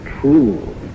true